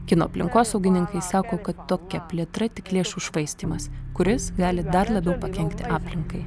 kinų aplinkosaugininkai sako kad tokia plėtra tik lėšų švaistymas kuris gali dar labiau pakenkti aplinkai